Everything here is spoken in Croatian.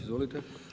Izvolite.